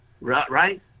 Right